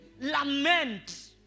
Lament